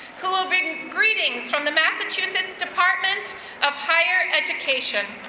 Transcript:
who will bring greetings from the massachusetts department of higher education.